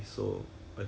can you hear me